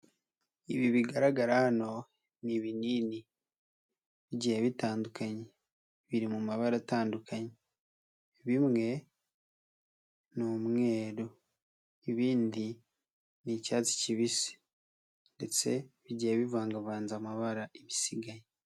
Ibi bigaragara hano ni ibinini, bigiye bitandukanye. Biri mu mabara atandukanye. Bimwe ni umweru, ibindi ni icyatsi kibisi ndetse bigiye bivangavanze amabara ibisigaye.